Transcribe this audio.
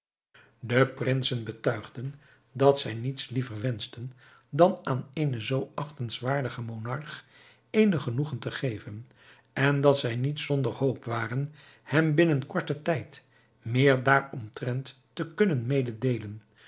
de prinsen betuigden dat zij niets liever wenschten dan aan eenen zoo achtenswaardigen monarch eenig genoegen te geven en dat zij niet zonder hoop waren hem binnen korten tijd meer daaromtrent te kunnen mededeelen